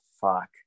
fuck